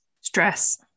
stress